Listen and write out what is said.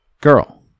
girl